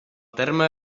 terme